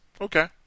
Okay